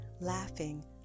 laughing